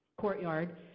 courtyard